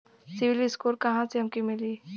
CIBIL score कहाँसे हमके मिली?